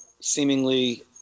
seemingly